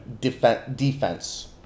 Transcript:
defense